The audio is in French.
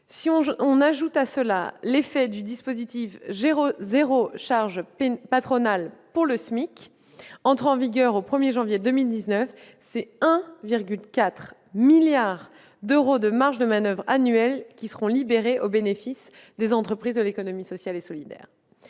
Si l'on ajoute à cela l'effet du dispositif « zéro charge patronale pour le SMIC », lequel entrera en vigueur le 1 janvier 2019, c'est 1,4 milliard d'euros de marges de manoeuvre annuelles qui seront libérés au bénéfice des entreprises de l'économie sociale et solidaire.